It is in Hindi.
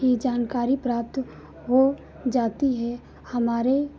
ही जानकारी प्राप्त हो जाती है हमारे